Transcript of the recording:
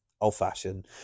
old-fashioned